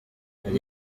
hari